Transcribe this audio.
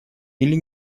или